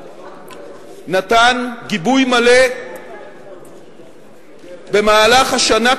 ונתן גיבוי מלא במהלך השנה כולה,